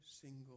single